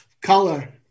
Color